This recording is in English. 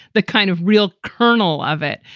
the kind of real kernel of it.